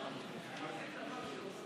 אני מבקש לעמוד בלוחות הזמנים.